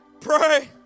Pray